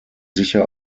sicher